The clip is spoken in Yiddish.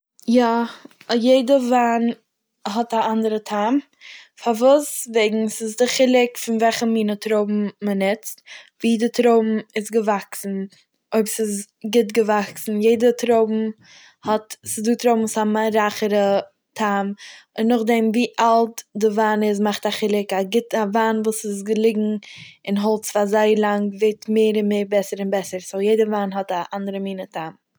יא, א יעדע וויין האט א אנדערע טעם, פארוואס? וועגן ס'איז די חילוק פון וועלכע מינע טרויבן מ'נוצט, ווי די טרויבן איז געוואקסן, אויב ס'איז גוט געוואקסן, יעדע טרויבן האט- ס'איז דא טרויבן וואס האבן א רייכערע טעם, און נאכדעם ווי אלט די וויין איז מאכט א חילוק, א גוטע- א וויין וואס איז געליגן אין האלץ פאר זייער לאנג ווערט מער און מער בעסער און בעסער, סאו יעדע וויין האט א אנדערע מינע טעם.